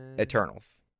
Eternals